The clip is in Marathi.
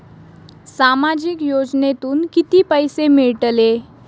सामाजिक योजनेतून किती पैसे मिळतले?